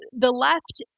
the left,